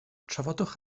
trafodwch